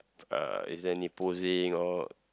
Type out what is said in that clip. uh is there any posing or